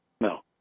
No